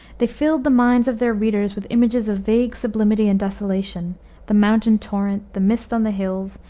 they filled the minds of their readers with images of vague sublimity and desolation the mountain torrent, the mist on the hills,